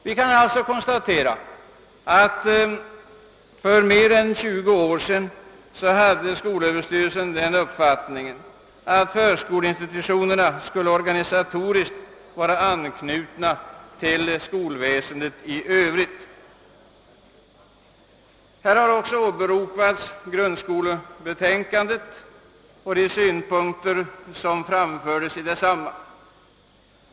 Vi kan alltså konstatera att skolöverstyrelsen för mer än 20 år sedan hade den uppfattningen, att förskoleinstitutionerna organisatoriskt skulle vara anknutna till skolväsendet i övrigt. Här har också åberopats grundskolebetänkandet och de synpunkter som framfördes i detsamma.